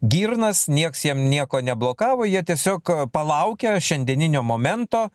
girnas nieks jam nieko neblokavo jie tiesiog palaukė šiandieninio momento